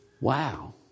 Wow